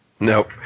Nope